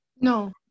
No